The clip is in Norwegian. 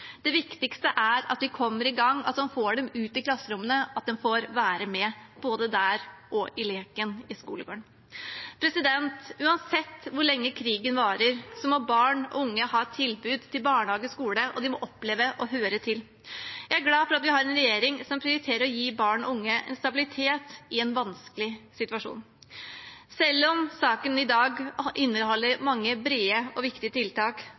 Det viktigste er at de kommer i gang, at man får dem ut i klasserommene, at de får være med, både der og i leken i skolegården. Uansett hvor lenge krigen varer, må barn og unge ha et tilbud i barnehage og skole, og de må oppleve å høre til. Jeg er glad for at vi har en regjering som prioriterer å gi barn og unge stabilitet i en vanskelig situasjon. Selv om saken i dag inneholder mange brede og viktige tiltak,